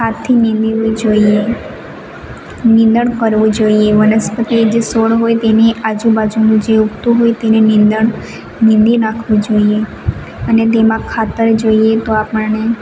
હાથથી નીંદવી જોઈએ નિંદડ કરવું જોઈએ વનસ્પતિ જે સોડ હોય તેની આજુ બાજુ જે ઉઘતું હોય તેને નીંદડ નીંદી નાખવું જોઈએ અને તેમા ખાતર જોઈએ તો આપણને